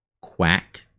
Quack